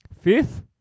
Fifth